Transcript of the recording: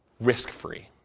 risk-free